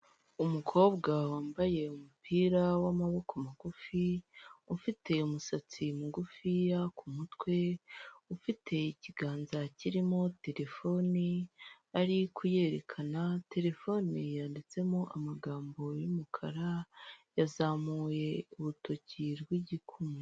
Umukobwa wambaye umupira w'amaboko magufi ufite umusatsi mugufi ku mutwe, ufite ikiganza kirimo telefoni ari kuyerekana, terefone yanditsemo amagambo y'umukara yazamuye urutoki rw'igikumwe.